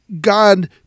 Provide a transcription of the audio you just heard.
God